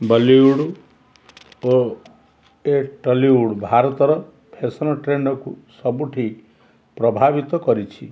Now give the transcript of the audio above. Bollywood ଓ ଏ Tollywood ଭାରତର ଫ୍ୟାସନ୍ ଟ୍ରେଣ୍ଡ୍କୁ ସବୁଠି ପ୍ରଭାବିତ କରିଛି